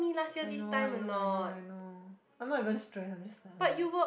I know I know I know I know I'm not even stress I'm just like ugh